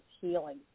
healing